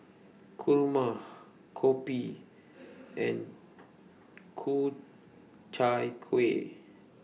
Kurma Kopi and Ku Chai Kueh